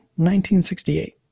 1968